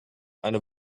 eine